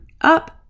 up